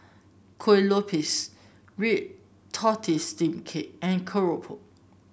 Kueh Lopes Red Tortoise Steamed Cake and keropok